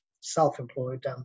self-employed